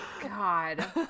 God